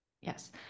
Yes